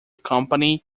company